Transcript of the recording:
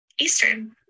Eastern